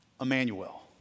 Emmanuel